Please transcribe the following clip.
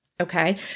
Okay